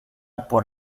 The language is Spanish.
por